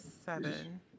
seven